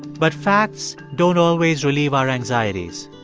but facts don't always relieve our anxieties.